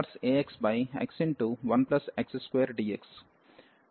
కాబట్టి ఇది a0tan 1axx1x2dx